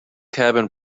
cabin